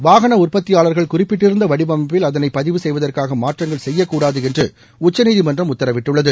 வாகன உற்பத்தியாளர்கள் குறிப்பிட்டிருந்த வடிவமைப்பில் அதனை பதிவு செய்வதற்காக மாற்றங்கள் செய்யக்கூடாது என்று உச்சநீதிமன்றம் உத்தரவிட்டுள்ளது